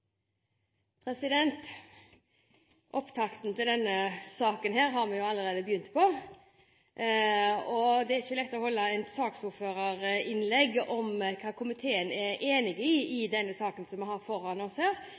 vedteke. Opptakten til denne saken har vi jo allerede begynt på. Det er ikke lett å holde et saksordførerinnlegg om hva komiteen er enige om i denne saken som vi her har foran oss,